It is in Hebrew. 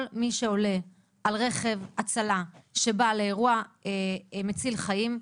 כל מי שעולה על רכב הצלה שבא לאירוע מציל חיים,